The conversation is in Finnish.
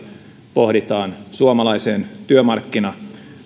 pohditaan suomalaiseen työmarkkina